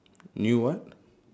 new what